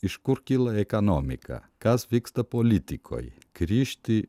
iš kur kyla ekonomika kas vyksta politikoj grįžti